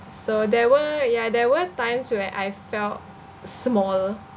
so there were ya there were times where I felt small